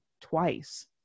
twice